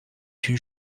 une